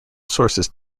sources